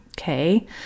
Okay